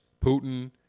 Putin